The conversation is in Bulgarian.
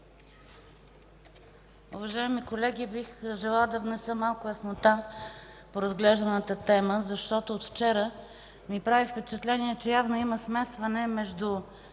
Уважаеми колеги, бих желала да внеса малко яснота по разглежданата тема. От вчера ми направи впечатление, че явно има смесване между